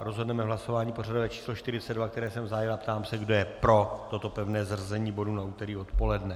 Rozhodneme hlasováním pořadové číslo 42, které jsem zahájil, a ptám se, kdo je pro toto pevné zařazení bodu na úterý odpoledne.